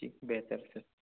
ٹھیک بہتر سر